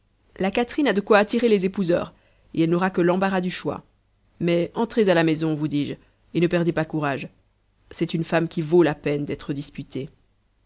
la catherine a de quoi attirer les épouseurs et elle n'aura que l'embarras du choix mais entrez à la maison vous dis-je et ne perdez pas courage c'est une femme qui vaut la peine d'être disputée